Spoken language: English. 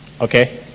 Okay